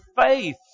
faith